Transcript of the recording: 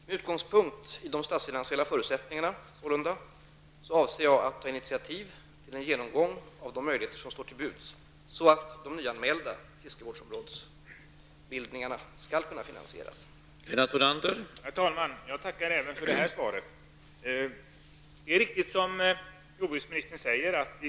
Med utgångspunkt i de statsfinansiella förutsättningarna avser jag att ta initiativ till en genomgång av de möjligheter som står till buds så att de nyanmälda fiskevårdsområdesbildningarna skall kunna finansieras. Då Börje Hörnlund, som framställt frågan, anmält att han var förhindrad att närvara vid sammanträdet, medgav talmannen att Lennart